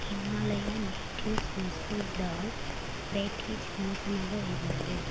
Himalayan Natives masoor dal package மோசமாக இருந்தது